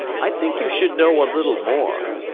i think you should know a little more.